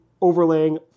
overlaying